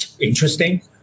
interesting